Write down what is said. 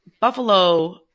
buffalo